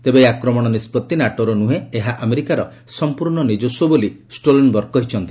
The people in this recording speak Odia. ତେବେ ଏହି ଆକ୍ରମଣ ନିଷ୍ପଭି ନାଟୋର ନୁହେଁ ଏହା ଆମେରିକାର ସମ୍ପୂର୍ଣ୍ଣ ନିଜସ୍ୱ ବୋଲି ଶ୍ରୀ ଷ୍ଟୋଲଟନବର୍ଗ କହିଛନ୍ତି